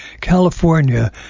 California